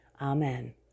Amen